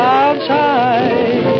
outside